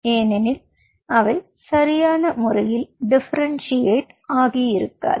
ஏனெனில் அவை சரியான முறையில் டிஃபரென்ஷியேட் ஆகியிருக்காது